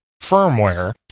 firmware